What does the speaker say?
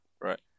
Right